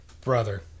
Brother